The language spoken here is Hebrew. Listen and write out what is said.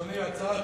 אדוני, הצעה אחרת.